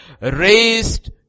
raised